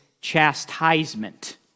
chastisement